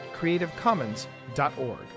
creativecommons.org